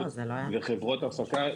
וחברות הפקה,